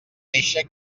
néixer